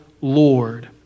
Lord